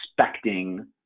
expecting